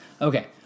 Okay